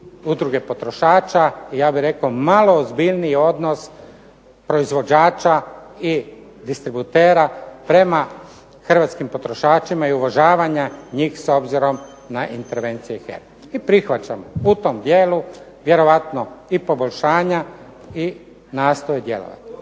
I ja bih rekao malo ozbiljniji odnos proizvođača i distributera prema hrvatskim potrošačima i uvažavanja njih s obzirom na intervencije HERA-e. I prihvaćamo u tom dijelu, vjerovatno i poboljšanja i …/Ne razumije